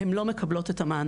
הן לא מקבלות את המענק.